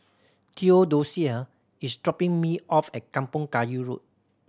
Theodosia is dropping me off at Kampong Kayu Road